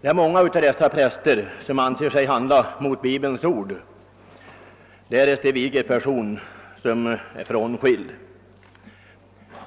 Det är många av prästerna som anser sig handla mot Bibelns ord därest de viger person som är frånskild.